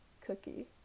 Cookie